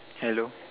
hello